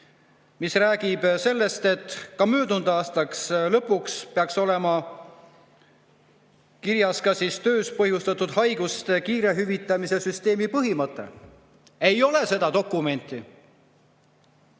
mis räägib sellest, et möödunud aasta lõpuks oleks pidanud olema kirjas ka tööst põhjustatud haiguste kiire hüvitamise süsteemi põhimõte. Ei ole seda dokumenti.